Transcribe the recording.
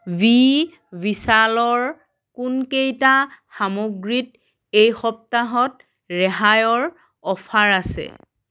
B বিশালৰ কোনকেইটা সামগ্ৰীত এই সপ্তাহত ৰেহাইৰ অফাৰ আছে